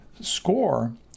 Score